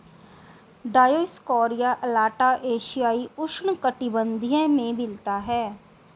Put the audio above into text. Dioscorea alata एशियाई उष्णकटिबंधीय में मिलता है